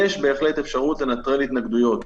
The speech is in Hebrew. יש בהחלט אפשרות לנטרל התנגדויות.